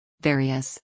Various